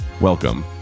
welcome